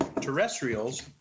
terrestrials